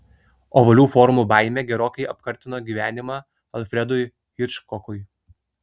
ovalių formų baimė gerokai apkartino gyvenimą alfredui hičkokui